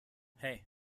hey